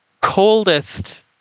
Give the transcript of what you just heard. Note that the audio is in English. coldest